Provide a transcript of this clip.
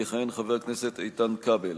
יכהן חבר הכנסת איתן כבל.